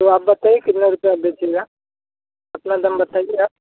तो आप बताइए कितना रुपये आप बेचिएगा अपना दाम बताइए आप